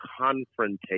confrontation